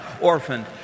orphaned